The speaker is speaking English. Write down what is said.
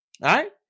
right